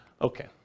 Okay